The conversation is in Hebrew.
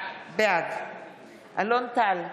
בעד אלון טל,